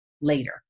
later